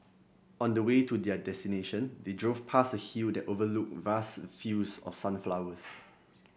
on the way to their destination they drove past a hill that overlooked vast fields of sunflowers